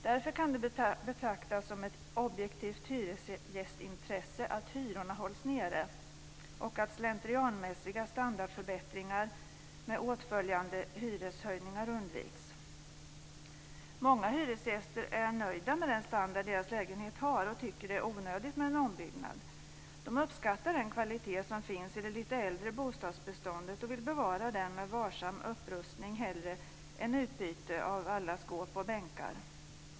Därför kan det betraktas som ett "objektivt hyresgästintresse" att hyrorna hålls nere och att slentrianmässiga standardförbättringar med åtföljande hyreshöjningar undviks. Många hyresgäster är nöjda med den standard deras lägenhet har och tycker att det är onödigt med en ombyggnad. De uppskattar den kvalitet som finns i det lite äldre bostadsbeståndet och vill bevara den med varsam upprustning hellre än utbyte av skåp och bänkar.